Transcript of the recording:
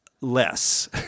less